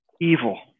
evil